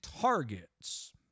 targets